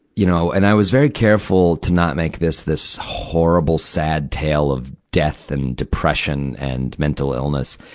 you know, and i was very careful to not make this this horrible, sad tale of death and depression and mental illness.